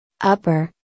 Upper